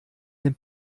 den